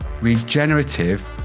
Regenerative